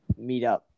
meetup